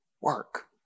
work